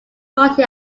party